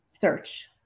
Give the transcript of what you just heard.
search